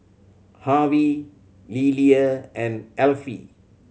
Harvy Lilia and Elfie